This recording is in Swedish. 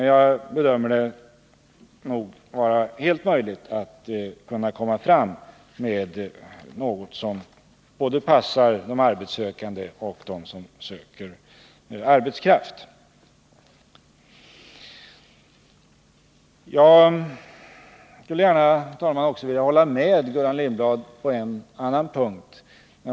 Jag bedömer det emellertid som helt möjligt att komma fram till något som passar både de arbetssökande och dem som söker arbetskraft. Herr talman! Jag skulle också gärna vilja hålla med Gullan Lindblad på en annan punkt.